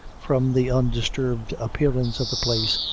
from the undisturbed appearance of the place,